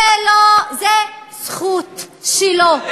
זו זכות שלו,